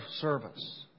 service